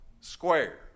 square